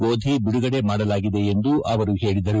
ಗೋಧಿ ಬಿಡುಗಡೆ ಮಾಡಲಾಗಿದೆ ಎಂದು ಅವರು ಹೇಳಿದರು